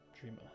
Dreamer